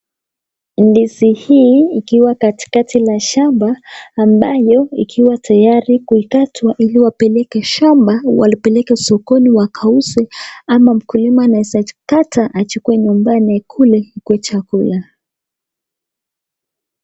Ndizi hii ikiwa katikati la shamba ambayo ikiwa tayari kuikatwa ili wapeleke shamba walipeleke sokoni wakauze ama mkulima anaweza akata achukue nyumbani akule ikuwe chakula.